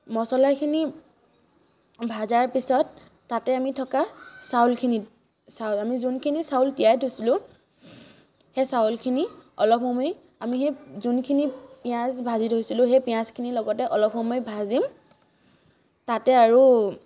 মছলাখিনি ভজাৰ পিছত তাতে আমি থকা চাউলখিনি আমি যোনখিনি চাউল তিয়াই থৈছিলোঁ সেই চাউলখিনি অলপ সময় আমি সেই যোনখিনি পিঁয়াজ ভাজি থৈছিলোঁ সেই পিঁয়াজখিনি লগতে অলপ সময় ভাজিম তাতে আৰু